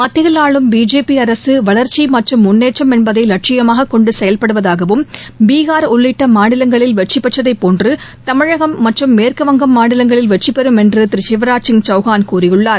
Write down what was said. மத்தியில் ஆளும் பிஜேபி அரசு வளர்ச்சி மற்றும் முன்னேற்றம் என்பதை லட்சியமாக கொண்டு செயல்படுவதாகவும் பீகார் உள்ளிட்ட மாநிலங்களில் வெற்றி பெற்றதைபோன்று தமிழகம் மேற்கு வங்கம் மாநிலங்களில் வெற்றி பெறும் என்று திரு சிவராஜ்சிங் சவுகான் கூறியுள்ளார்